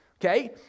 Okay